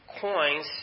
coins